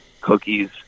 cookies